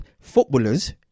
Footballers